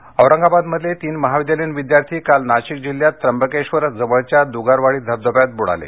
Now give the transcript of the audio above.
बडन मत्यू औरंगाबादमधले तीन महाविद्यालयीन विद्यार्थी काल नाशिक जिल्ह्यात त्र्यंबकेश्वर जवळच्या दुगारवाडी धबधब्यात बुडाले